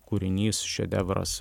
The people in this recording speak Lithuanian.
kūrinys šedevras